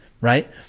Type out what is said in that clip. Right